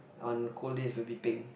on cold days will be peng